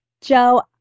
Joe